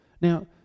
Now